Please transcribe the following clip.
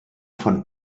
von